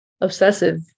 obsessive